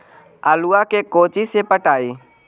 आलुआ के कोचि से पटाइए?